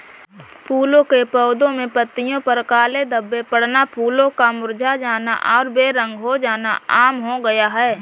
फूलों के पौधे में पत्तियों पर काले धब्बे पड़ना, फूलों का मुरझा जाना और बेरंग हो जाना आम हो गया है